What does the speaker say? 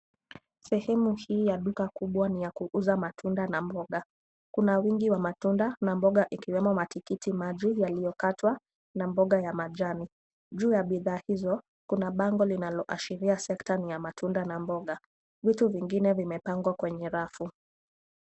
Sehemu hii ya duka kubwa ni ya kuuza matunda na mboga. Kuna wingi wa matunda na mboga ikiwemo matikiti maji yaliokatwa na mboga ya majani. Juu ya bidhaa hizo kuna bango linaloashiria sekta ni ya matunda na mboga. Vitu vingine vimepangwa kwenye rafu.